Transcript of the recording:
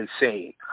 insane